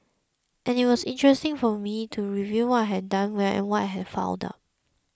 and it was interesting for me to review what I had done well and what I had fouled up